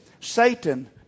Satan